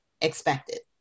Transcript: expected